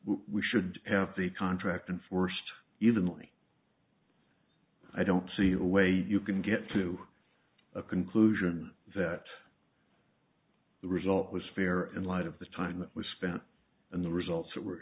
we should have the contract and forced evenly i don't see a way you can get to a conclusion that the result was fair in light of the time it was spent and the results that were